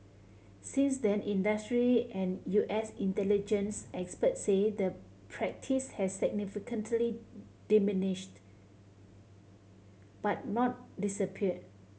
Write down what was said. since then industry and U S intelligence experts say the practice has significantly diminished but not disappear